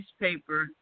newspaper